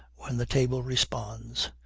when the table responds.